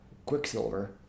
Quicksilver